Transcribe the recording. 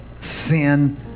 sin